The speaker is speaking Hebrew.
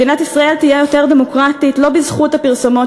מדינת ישראל תהיה יותר דמוקרטית לא בזכות הפרסומות